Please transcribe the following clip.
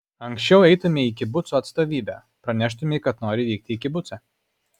anksčiau eitumei į kibuco atstovybę praneštumei kad nori vykti į kibucą